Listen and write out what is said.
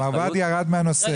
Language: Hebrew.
המרב"ד ירד מהנושא.